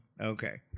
okay